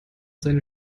seine